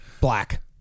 Black